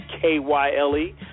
K-Y-L-E